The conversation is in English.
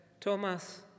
Thomas